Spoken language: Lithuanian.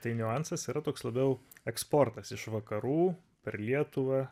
tai niuansas yra toks labiau eksportas iš vakarų per lietuvą